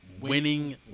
Winning